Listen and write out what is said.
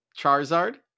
Charizard